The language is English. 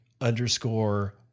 underscore